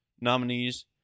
nominees